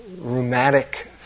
rheumatic